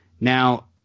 Now